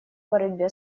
борьбе